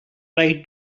try